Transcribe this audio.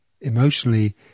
emotionally